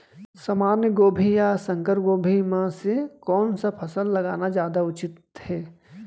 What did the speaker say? सामान्य गोभी या संकर गोभी म से कोन स फसल लगाना जादा उचित हे?